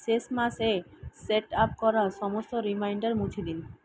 শেষ মাসে set up করা সমস্ত রিমাইন্ডার মুছে দিন